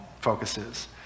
focuses